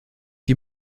die